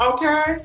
Okay